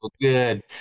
good